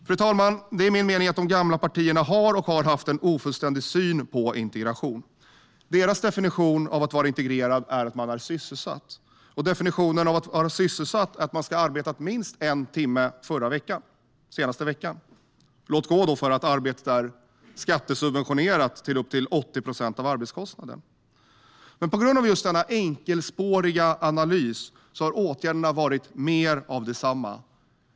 Fru talman! Det är min mening att de gamla partierna har och har haft en ofullständig syn på integration. Deras definition av att vara integrerad är att man är sysselsatt. Definitionen av att vara sysselsatt är att man ska ha arbetat minst en timme den senaste veckan. Låt gå då för att arbetet är skattesubventionerat till upp till 80 procent av arbetskostnaden. På grund av denna enkelspåriga analys har åtgärderna varit mer av detsamma.